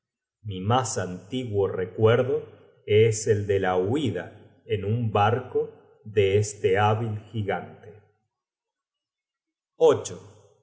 mi mas antiguo recuerdo es el de la huida en un barco de este hábil gigante